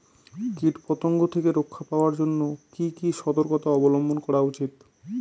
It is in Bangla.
কীটপতঙ্গ থেকে রক্ষা পাওয়ার জন্য কি কি সর্তকতা অবলম্বন করা উচিৎ?